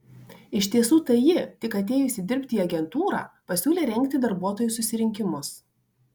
iš tiesų tai ji tik atėjusi dirbti į agentūrą pasiūlė rengti darbuotojų susirinkimus